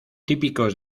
típicos